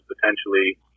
potentially